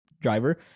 driver